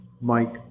Mike